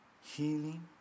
healing